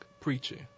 preaching